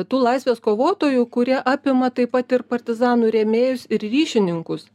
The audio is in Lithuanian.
tų laisvės kovotojų kurie apima taip pat ir partizanų rėmėjus ir ryšininkus